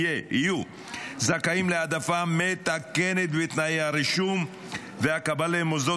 יהיו זכאים להעדפה בתנאי הרישום והקבלה למוסדות